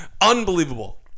Unbelievable